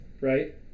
Right